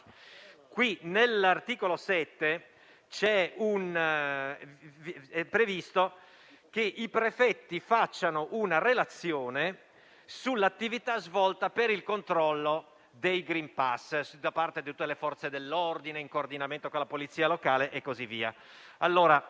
all'articolo 7 è previsto che i prefetti redigano una relazione sull'attività svolta per il controllo dei *green pass* da parte di tutte le Forze dell'ordine, in coordinamento con la polizia locale, e così via.